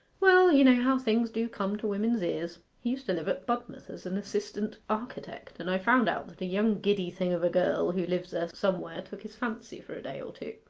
well, you know how things do come to women's ears. he used to live at budmouth as an assistant-architect, and i found out that a young giddy thing of a girl who lives there somewhere took his fancy for a day or two.